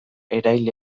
erail